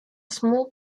small